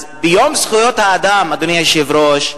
אז ביום זכויות האדם, אדוני היושב-ראש,